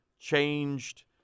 changed